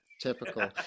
Typical